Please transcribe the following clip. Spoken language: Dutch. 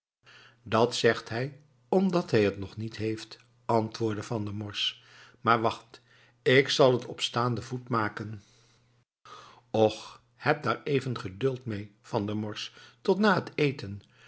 dat zegt hij omdat hij het nog niet heeft antwoordde van der morsch maar wacht ik zal het op staanden voet maken och heb daar even geduld mee van der morsch tot na den eten